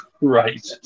Right